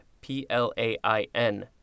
p-l-a-i-n